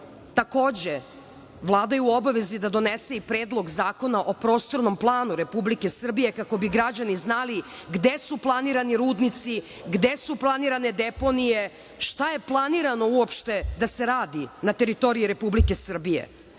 Takođe, Vlada je u obavezi da donese i predlog zakona o prostornom planu Republike Srbije, kako bi građani znali gde su planirani rudnici, gde su planirane deponije, šta je planirano uopšte da se radi na teritoriji Republike Srbije.